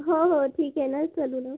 हो हो ठीक आहे ना चलू नं